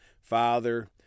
Father